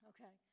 Okay